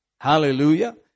Hallelujah